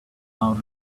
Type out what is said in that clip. out